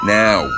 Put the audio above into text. now